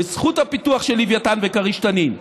בזכות הפיתוח של לווייתן וכריש-תנין.